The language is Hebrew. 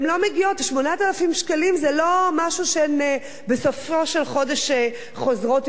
8,000 שקלים זה לא משהו שבסופו של חודש הן חוזרות אתו הביתה,